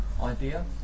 idea